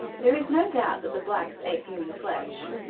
there is no doubt that the blacks ate human flesh,